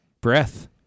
breath